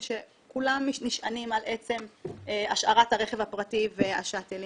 שכולם נשענים על עצם השארת הרכב הפרטי והשאטלים